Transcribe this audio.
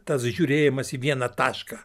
tas žiūrėjimas į vieną tašką